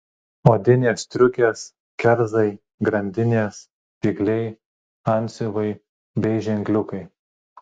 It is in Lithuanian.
odinės striukės kerzai grandinės spygliai antsiuvai bei ženkliukai